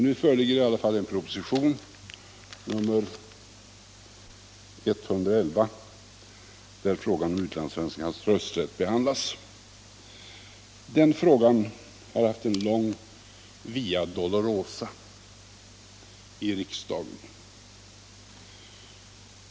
Nu föreligger alltså en proposition, nr 111, där frågan om utlandssvenskarnas rösträtt behandlas. Den frågan har haft en lång via dolorosa i riksdagen.